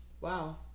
Wow